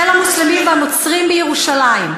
של המוסלמים והנוצרים בירושלים,